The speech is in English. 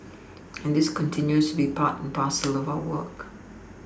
and this continues to be part and parcel of our work